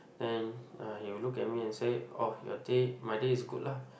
and uh he would look at me and say oh your day my day is good lah